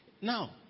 Now